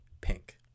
pink